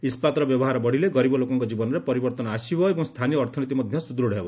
ଇସ୍କାତର ବ୍ୟବହାର ବଢିଲେ ଗରିବ ଲୋକଙ୍କ ଜୀବନରେ ପରିବର୍ତନ ଆସିବ ଏବଂ ସ୍ଚାନୀୟ ଅର୍ଥନୀତି ମଧ୍ୟ ସୁଦୂଢ ହେବ